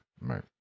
Right